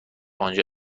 آنجا